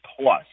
plus